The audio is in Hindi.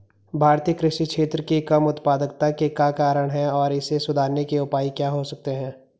भारतीय कृषि क्षेत्र की कम उत्पादकता के क्या कारण हैं और इसे सुधारने के उपाय क्या हो सकते हैं?